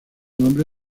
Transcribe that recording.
nombre